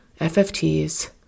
FFTs